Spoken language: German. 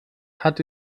hat